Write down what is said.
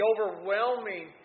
overwhelming